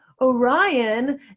Orion